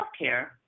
healthcare